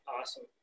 Awesome